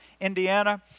Indiana